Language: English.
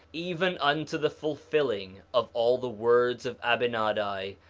even unto the fulfilling of all the words of abinadi,